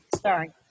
Sorry